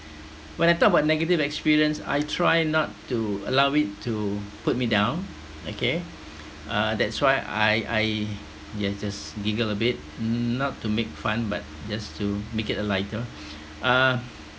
when I talk about negative experience I try not to allow it to put me down okay uh that's why I I yeah just giggle a bit not to make fun but just to make it a lighter uh